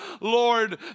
Lord